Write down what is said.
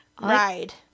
Ride